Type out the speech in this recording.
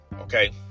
okay